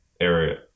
area